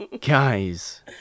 guys